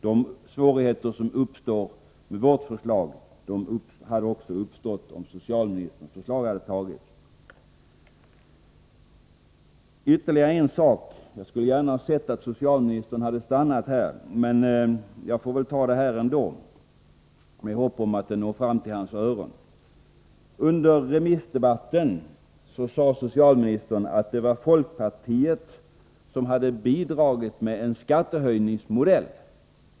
De svårigheter som uppstår med vårt förslag skulle också ha uppstått om socialministerns förslag antagits. Ytterligare en sak: Jag hade gärna sett att socialministern hade stannat här, men jag får väl ändå säga detta, med hopp om att det når fram till hans öron. Under remissdebatten sade socialministern att det var folkpartiet som hade bidragit med en skattehöjningsmodell.